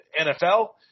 NFL